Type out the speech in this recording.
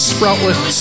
Sproutless